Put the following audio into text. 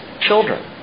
children